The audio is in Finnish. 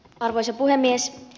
arvoisa puhemies